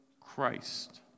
Christ